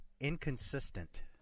inconsistent